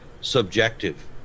subjective